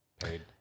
paid